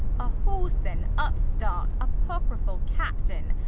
a whoreson, upstart, apocryphal captain,